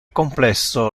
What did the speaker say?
complesso